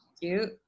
cute